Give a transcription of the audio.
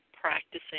practicing